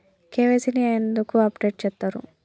KYC ని ఎందుకు update చేత్తరు?